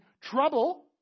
trouble